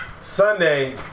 Sunday